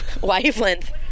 wavelength